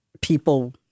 people